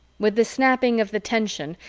with the snapping of the tension,